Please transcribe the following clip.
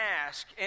ask